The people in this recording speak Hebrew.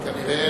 כנראה,